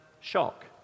shock